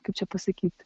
kaip čia pasakyt